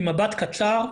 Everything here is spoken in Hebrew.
אני אעשה את זה די קצר.